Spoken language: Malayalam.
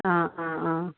ആ ആ ആ